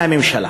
והממשלה,